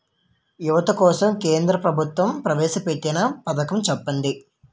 యువత కోసం కేంద్ర ప్రభుత్వం ప్రవేశ పెట్టిన పథకం చెప్పండి?